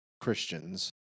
Christians